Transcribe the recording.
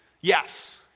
yes